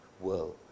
world